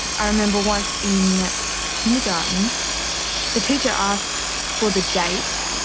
i remember once in kindergarten the teacher asked for the date,